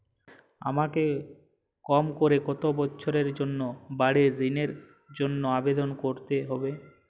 আমাকে কম করে কতো বছরের জন্য বাড়ীর ঋণের জন্য আবেদন করতে হবে?